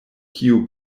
kiu